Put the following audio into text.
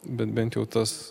bet bent jau tas